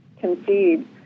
concede